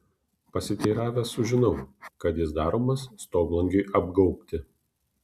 pasiteiravęs sužinau kad jis daromas stoglangiui apgaubti